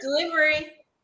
delivery